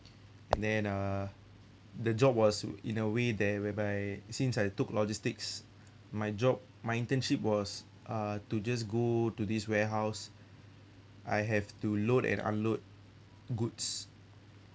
and then uh the job was in a way that whereby since I took logistics my job my internship was uh to just go to this warehouse I have to load and unload goods